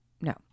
No